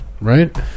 right